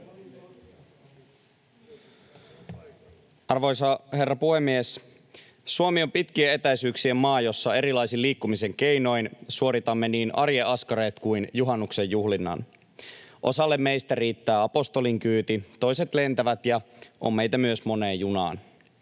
Arvoisa herra puhemies! Suomi on pitkien etäisyyksien maa, jossa erilaisin liikkumisen keinoin suoritamme niin arjen askareet kuin juhannuksen juhlinnan. Osalle meistä riittää apostolinkyyti, toiset lentävät, ja on meitä myös moneen junaan.